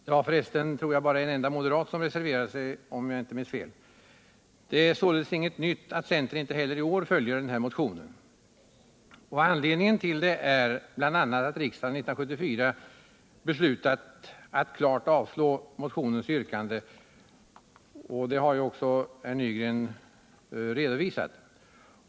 Det var för resten bara en enda moderat som reserverade sig, om jag inte minns fel. Det är således inget nytt när centern inte heller i år följer motionen. Anledningen är bl.a. att riksdagen år 1974 beslöt att klart avslå motionens yrkande. Detta har också herr Nygren redovisat.